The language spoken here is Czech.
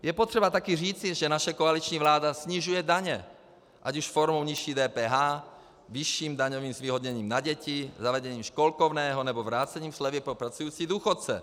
Je potřeba také říci, že naše koaliční vláda snižuje daně, ať už formou nižší DPH, vyšším daňovým zvýhodněním na děti, zavedením školkovného, nebo vrácením slevy pro pracující důchodce.